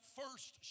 first